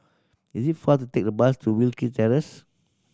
is it faster to take the bus to Wilkie Terrace